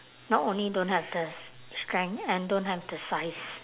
not only don't have the strength and don't have the size